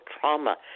trauma